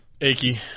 Achy